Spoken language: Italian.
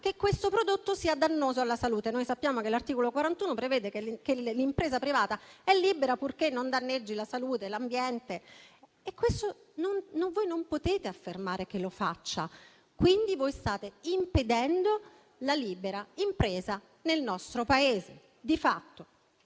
che questo prodotto sia dannoso alla salute. Noi sappiamo che l'articolo 41 prevede che l'impresa privata è libera, purché non danneggi la salute e l'ambiente. Voi non potete affermare che lo faccia, quindi di fatto state impedendo la libera impresa nel nostro Paese.